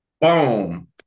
Boom